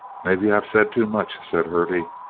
maybe i've said too much, said hervey.